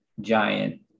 giant